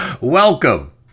Welcome